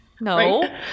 No